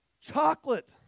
chocolate